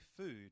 food